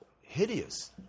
hideous